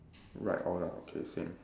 right all lah okay same